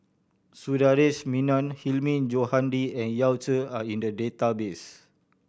Sundaresh Menon Hilmi Johandi and Yao Zi are in the database